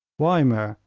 wymer,